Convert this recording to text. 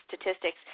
statistics